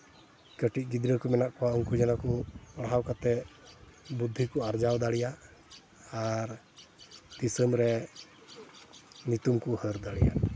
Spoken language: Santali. ᱠᱟᱹᱴᱤᱡ ᱜᱤᱫᱽᱨᱟᱹ ᱠᱚ ᱢᱮᱱᱟᱜ ᱠᱚᱣᱟ ᱩᱱᱠᱩ ᱡᱮᱱᱚ ᱠᱚ ᱯᱟᱲᱦᱟᱣ ᱠᱟᱛᱮᱫ ᱵᱩᱫᱽᱫᱷᱤ ᱠᱚ ᱟᱨᱡᱟᱣ ᱫᱟᱲᱮᱭᱟᱜ ᱟᱨ ᱫᱤᱥᱚᱢ ᱨᱮ ᱧᱩᱛᱩᱢ ᱠᱚ ᱦᱟᱹᱨ ᱫᱟᱲᱮᱭᱟᱜ